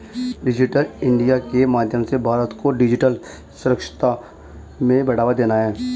digital India के माध्यम से भारत को डिजिटल साक्षरता को बढ़ावा देना है